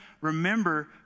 remember